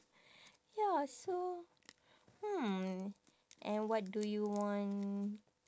ya so hmm and what do you want